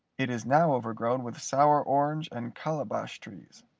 it is now overgrown with sour orange and calabash trees,